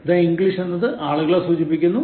the English എന്നത് ആളുകളെ സൂചിപ്പിക്കുന്നു